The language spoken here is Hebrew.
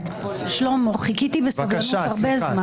שלמה, חיכיתי בסבלנות הרבה זמן.